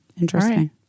Interesting